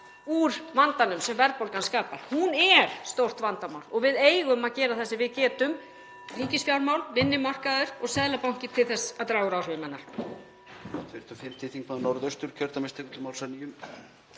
úr vandanum sem verðbólgan skapar. Hún er stórt vandamál og við eigum að gera það sem við getum — ríkisfjármál, vinnumarkaður og Seðlabanki — til þess að draga úr áhrifum hennar.